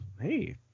hey